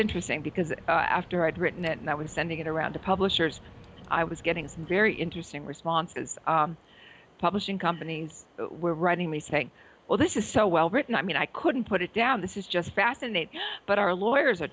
interesting because after i'd written it and i was sending it around to publishers i was getting some very interesting responses publishing company were writing me saying well this is so well written i mean i couldn't put it down this is just fascinating but our lawyers are